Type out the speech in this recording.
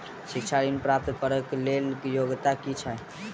शिक्षा ऋण प्राप्त करऽ कऽ लेल योग्यता की छई?